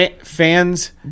Fans